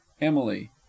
emily